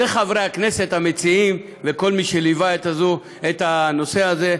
לחברי הכנסת המציעים ולכל מי שליווה את הנושא הזה,